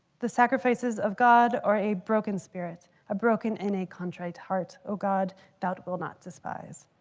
the sacrifices of god or a broken spirit, a broken and a contrite heart. oh, god doubt will not despise.